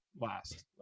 last